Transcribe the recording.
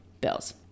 bills